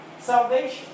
Salvation